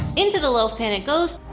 into the loaf pan it goes.